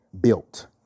built